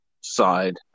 side